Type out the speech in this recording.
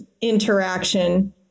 interaction